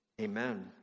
amen